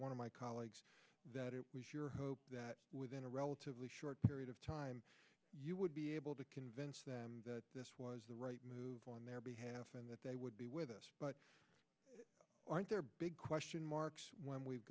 one of my colleagues that it was your hope that within a relatively short period of time you would be able to convince them that this was the right move on their behalf and that they would be with us but aren't there big question marks when we've